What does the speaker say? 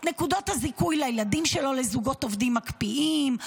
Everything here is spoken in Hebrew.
את נקודות הזיכוי לילדים שלו לזוגות עובדים מקפיאים,